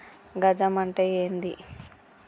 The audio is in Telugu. గజం అంటే ఏంది?